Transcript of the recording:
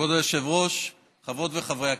כבוד היושב-ראש, חברות וחברי הכנסת,